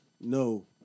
No